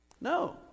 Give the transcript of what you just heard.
No